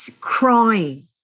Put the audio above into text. Crying